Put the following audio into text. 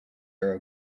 are